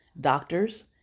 doctors